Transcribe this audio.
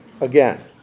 again